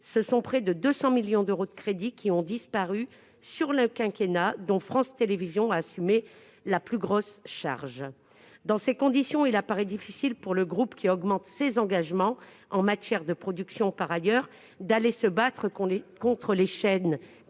ce sont près de 200 millions d'euros de crédits qui ont disparu sur le quinquennat, dont France Télévisions a assumé la plus grosse charge. Dans ces conditions, il apparaît difficile pour le groupe, qui augmente par ailleurs ses engagements en matière de production, d'aller se battre contre les chaînes